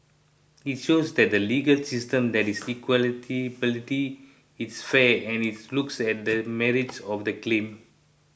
it shows that the legal system there is it's fair and it looks at the merits of the claim